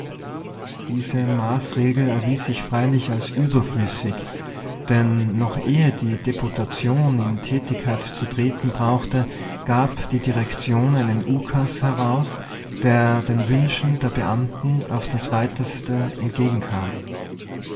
diese maßregel erwies sich freilich als überflüssig denn noch ehe die deputation in tätigkeit zu treten brauchte gab die direktion einen ukas heraus der den wünschen der beamten auf das weiteste entgegenkam